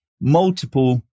multiple